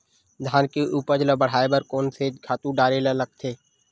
धान के उपज ल बढ़ाये बर कोन से खातु डारेल लगथे?